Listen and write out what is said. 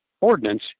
Ordnance